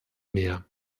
mehr